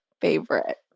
favorite